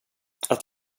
att